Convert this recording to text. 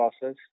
process